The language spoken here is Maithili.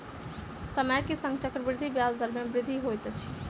समय के संग चक्रवृद्धि ब्याज दर मे वृद्धि होइत अछि